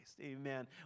Amen